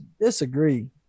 Disagree